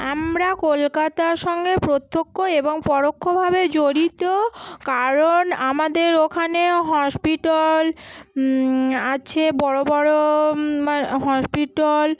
আমরা কলকাতার সঙ্গে প্রত্যক্ষ এবং পরোক্ষভাবে জড়িত কারণ আমাদের ওখানে হসপিটাল আছে বড়ো বড়ো আর হসপিটাল